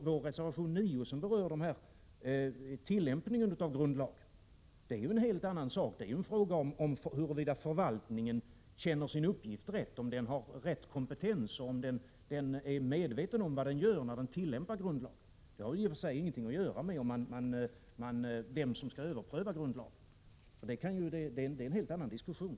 Vår reservation 9, som berör tillämpningen av grundlagen, gäller ju en helt annan sak. Det är fråga om huruvida förvaltningen känner sin uppgift rätt — om förvaltningen har den rätta kompetensen och om förvaltningen är medveten om vad den gör när den tillämpar grundlagen. Detta har i och för sig ingenting att göra med vem som skall överpröva grundlagen. Det är en helt annan diskussion.